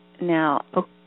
now